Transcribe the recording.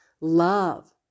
love